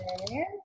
okay